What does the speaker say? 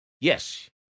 yes